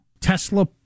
Tesla